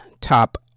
Top